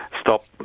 stop